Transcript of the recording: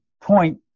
point